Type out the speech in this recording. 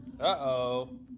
Uh-oh